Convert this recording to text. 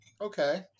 okay